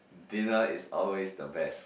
dinner is always the best